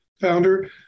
founder